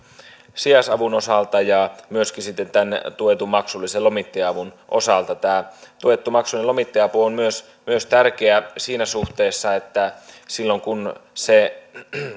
sijaisavun osalta ja myöskin sitten tämän tuetun maksullisen lomittaja avun osalta tämä tuettu maksullinen lomittaja apu on myös myös tärkeä siinä suhteessa että silloin kun